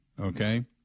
okay